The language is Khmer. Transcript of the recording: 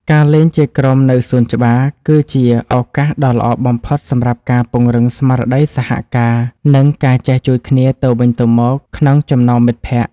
ការលេងជាក្រុមនៅសួនច្បារ គឺជាឱកាសដ៏ល្អបំផុតសម្រាប់ការពង្រឹងស្មារតីសហការ និងការចេះជួយគ្នាទៅវិញទៅមកក្នុងចំណោមមិត្តភក្តិ។